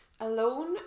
alone